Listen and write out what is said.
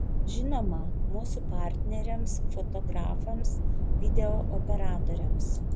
žinoma mūsų partneriams fotografams video operatoriams